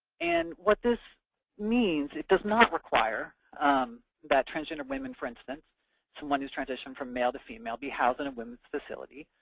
and what this means it does not require that transgender women, for instance someone who's transitioned from male to female be housed in a women's facility,